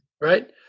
right